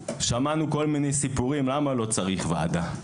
שמענו כל מיני סיפורים על למה לא צריך ועדה.